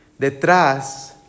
detrás